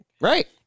right